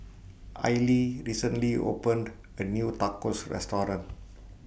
Aili recently opened A New Tacos Restaurant